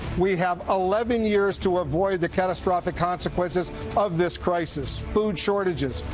we have eleven years to avoid the catastrophic consequences of this crisis. food shortages,